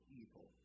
evil